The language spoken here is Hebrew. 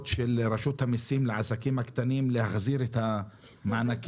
של רשות המיסים לעסקים הקטנים להחזיר את המענקים.